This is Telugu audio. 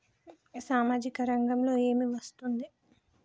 సామాజిక రంగంలో ఏమి వస్తుంది?